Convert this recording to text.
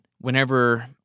whenever